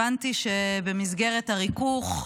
הבנתי שבמסגרת הריכוך,